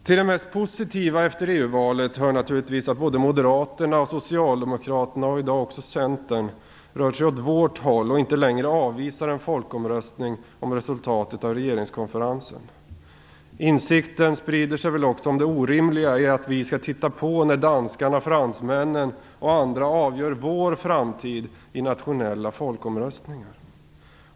Till det mest positiva efter EU-valet hör naturligtvis att både Moderaterna Socialdemokraterna samt också Centern rört sig åt vårt håll och inte längre avvisar en folkomröstning om resultatet av regeringskonferensen. Insikten sprider sig väl också om det orimliga i att vi skall titta på när danskarna, fransmännen och andra avgör vår framtid i nationella folkomröstningar.